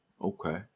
okay